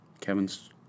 kevin's